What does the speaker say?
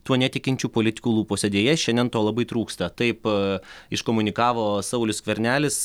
tuo netikinčių politikų lūpose deja šiandien to labai trūksta taip aaa iškomunikavo saulius skvernelis